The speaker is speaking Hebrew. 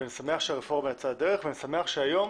אני שמח שהרפורמה יצאה לדרך ואני שמח שהיום